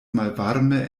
malvarme